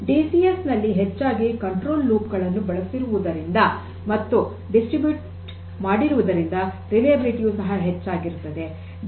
DCS ನಲ್ಲಿ ಹೆಚ್ಚಾಗಿ control loop ಗಳನ್ನು ಬಳಸಿರುವುದರಿಂದ ಮತ್ತು ವಿತರಿಸಿರುವುದರಿಂದ ವಿಶ್ವಾಸಾರ್ಹತೆಯು ಸಹ ಹೆಚ್ಚಾಗಿರುತ್ತದೆ